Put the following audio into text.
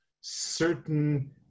certain